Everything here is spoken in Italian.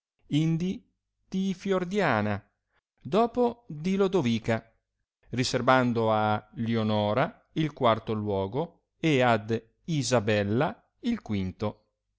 indi di fiordiana dopo di lodovica riserbando a lionora il quarto luogo e ad isabella il quinto